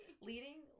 leading